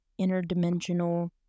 interdimensional